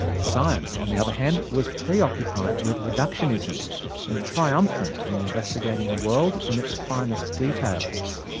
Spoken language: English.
science, on the other hand, was preoccupied with reductionism and triumphant in investigating the world in its finest details.